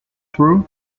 through